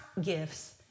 gifts